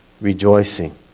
rejoicing